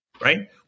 right